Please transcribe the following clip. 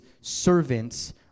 servants